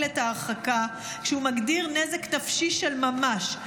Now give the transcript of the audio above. את ההרחקה כשהוא מגדיר נזק נפשי של ממש.